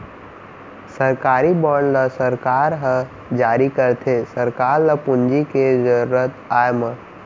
सरकारी बांड ल सरकार ह जारी करथे सरकार ल पूंजी के जरुरत आय म